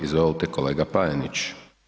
Izvolite kolega Panenić.